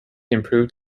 improved